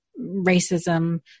racism